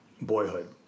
Boyhood